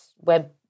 web